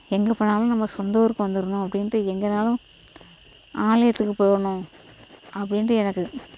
எங்கே போனாலும் நம்ம சொந்த ஊருக்கு வந்துடணும் அப்படின்ட்டு எங்கே வேண்ணாலும் ஆலயத்துக்கு போகணும் அப்படின்ட்டு எனக்கு